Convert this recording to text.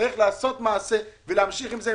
צריך לעשות מעשה ולהמשיך עם זה.